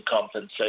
compensation